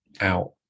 out